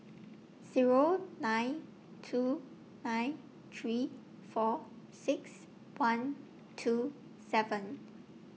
Zero nine two nine three four six one two seven